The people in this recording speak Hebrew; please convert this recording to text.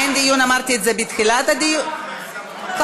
אין דיון, אמרתי את זה בתחילת הדיון, למה?